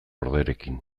orderekin